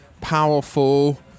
powerful